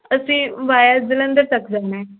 ਅਸੀਂ ਵਾਇਆ ਜਲੰਧਰ ਤੱਕ ਜਾਣਾ